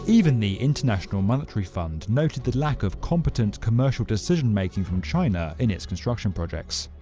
even the international monetary fund noted the lack of competent commercial decision making from china in its construction projects.